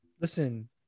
Listen